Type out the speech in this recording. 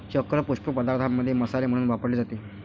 चक्र पुष्प पदार्थांमध्ये मसाले म्हणून वापरले जाते